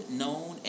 known